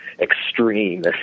extreme